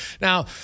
now